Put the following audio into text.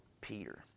Peter